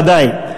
ודאי,